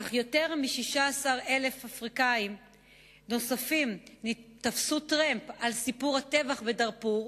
אך יותר מ-16,000 אפריקנים נוספים תפסו טרמפ על סיפור הטבח בדארפור,